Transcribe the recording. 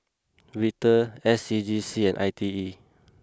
Vital S C G C and I T E